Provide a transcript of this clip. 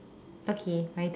okay my turn